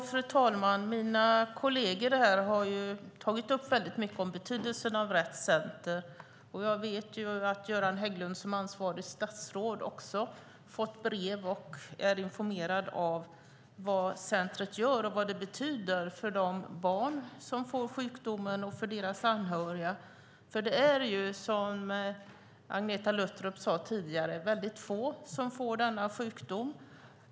Fru talman! Mina kolleger har här tagit upp mycket om betydelsen av Rett Center. Jag vet att Göran Hägglund som ansvarigt statsråd också har fått brev och är informerad om vad Rett Center gör och vad det betyder för de barn som får sjukdomen och för deras anhöriga. Som Agneta Luttropp sade tidigare är det få barn som får denna sjukdom.